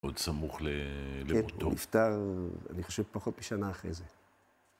עוד סמוך למותו? כן, הוא נפטר, אני חושב, פחות משנה אחרי זה.